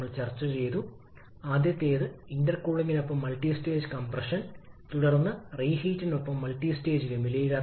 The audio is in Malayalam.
ഈ സാഹചര്യത്തിൽ എച്ച്പി ടർബൈൻ നിർമ്മിക്കുന്ന ജോലി ഇതിന് തുല്യമായിരിക്കുംഒരേ ഷാഫ്റ്റിൽ സ്ഥാപിക്കാൻ കഴിയുന്ന തരത്തിൽ ഇവ രണ്ടും തുല്യമായിരിക്കണം